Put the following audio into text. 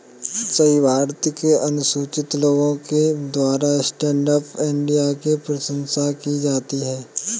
सभी भारत के अनुसूचित लोगों के द्वारा स्टैण्ड अप इंडिया की प्रशंसा की जाती है